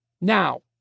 Now